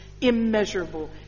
immeasurable